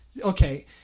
okay